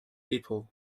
people